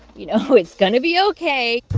you know, it's going to be ok